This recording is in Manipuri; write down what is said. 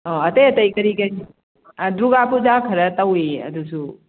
ꯑꯣ ꯑꯇꯩ ꯑꯇꯩ ꯀꯔꯤ ꯀꯔꯤ ꯗꯨꯔꯒꯥ ꯄꯨꯖꯥ ꯈꯔ ꯇꯧꯏ ꯑꯗꯨꯁꯨ